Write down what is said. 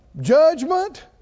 Judgment